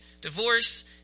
divorce